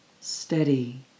steady